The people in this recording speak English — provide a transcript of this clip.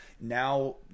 Now